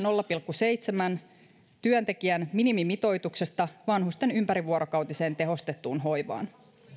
seitsemän työntekijän minimimitoituksesta vanhusten ympärivuorokautiseen tehostettuun hoivaan